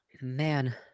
Man